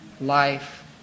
life